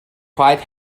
quite